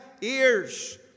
ears